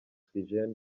oxygen